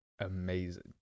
amazing